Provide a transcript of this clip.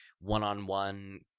one-on-one